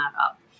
up